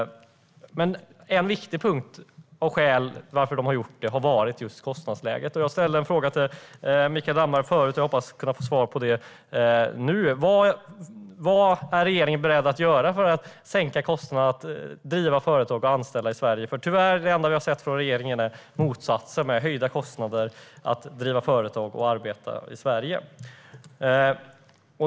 Men ett viktigt skäl till att de har gjort det har varit just kostnadsläget. Jag ställde en fråga till dig förut, Mikael Damberg, och jag hoppas kunna få svar på den nu. Vad är regeringen beredd att göra för att sänka kostnaderna för att driva företag och anställa i Sverige? Tyvärr är det enda vi har sett från regeringen motsatsen - höjda kostnader för att driva företag och arbeta i Sverige.